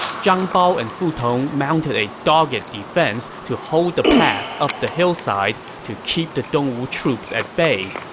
zhang bao and fu tong mounted a dogged defense to hold the path up the hillside to keep the dongwu troops at bay.